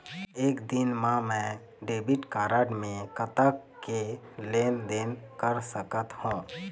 एक दिन मा मैं डेबिट कारड मे कतक के लेन देन कर सकत हो?